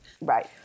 Right